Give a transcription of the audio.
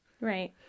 Right